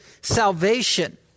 salvation